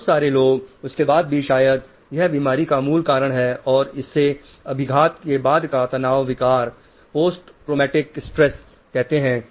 बहुत सारे लोग उसके बाद भी शायद यह बीमारी का मूल कारण है और इसे अभीघात के बाद का तनाव विकार कहते हैं